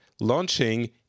launching